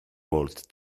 walled